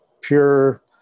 pure